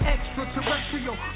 Extraterrestrial